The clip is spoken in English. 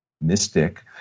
mystic